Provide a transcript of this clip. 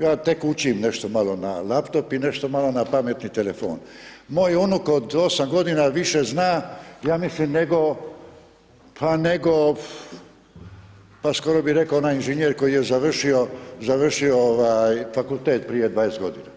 ja tek učim nešto malo na laptop, i nešto malo na pametni telefon, moj unuk od 8 godina više zna ja mislim nego, nego pa skoro bi rekao onaj inženjer koji je završio, završio ovaj, fakultet prije 20 godina.